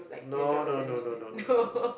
no no no no no no no no